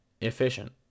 efficient